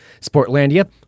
Sportlandia